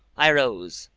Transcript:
i rose,